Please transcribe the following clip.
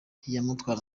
yamutwaye